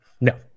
No